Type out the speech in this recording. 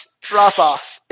drop-off